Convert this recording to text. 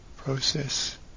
Process